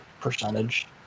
percentage